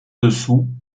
dessous